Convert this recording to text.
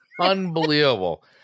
unbelievable